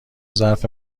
ظرف